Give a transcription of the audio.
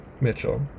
Mitchell